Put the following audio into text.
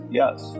yes